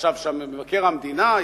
ישב שם מבקר המדינה,